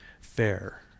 fair